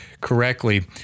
correctly